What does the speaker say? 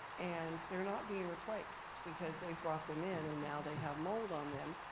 and they're not being replaced. because they've brought them in and now they have mold on them.